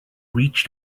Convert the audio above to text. reached